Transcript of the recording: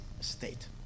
state